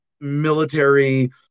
military